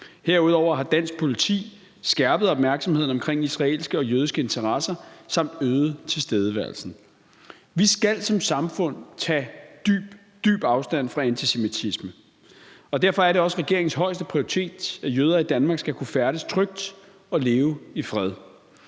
Herudover har dansk politi skærpet opmærksomheden omkring israelske og jødiske interesser samt øget tilstedeværelsen. Vi skal som samfund tage dyb, dyb afstand fra antisemitisme, og derfor er det også regeringens højeste prioritet, at jøder i Danmark skal kunne færdes trygt og leve i fred.